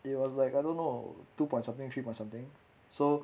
it was like I don't know two point something three point something so